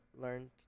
learned